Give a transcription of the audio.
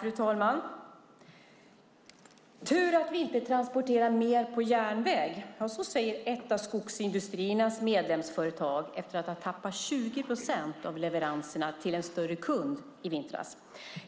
Fru talman! Tur att vi inte transporterar mer på järnväg - ja, så säger ett av skogsindustriernas medlemsföretag efter att ha tappat 20 procent av leveranserna till en större kund i vintras.